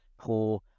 poor